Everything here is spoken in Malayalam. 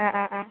ആ ആ ആ